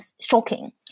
shocking